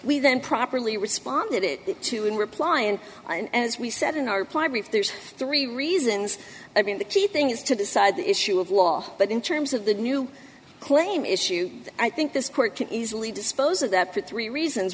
then properly responded to in reply and as we said in our ply brief there's three reasons i mean the key thing is to decide the issue of law but in terms of the new claim issue i think this court can easily dispose of that for three reasons